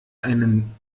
einen